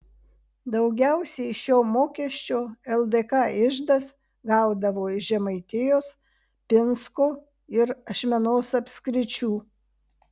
daugiausiai šio mokesčio ldk iždas gaudavo iš žemaitijos pinsko ir ašmenos apskričių